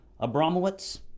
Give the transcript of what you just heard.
Abramowitz